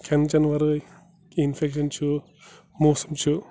کھٮ۪ن چٮ۪ن ورٲے کیٚنٛہہ اِنفٮ۪کشَن چھُ موسم چھُ